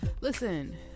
Listen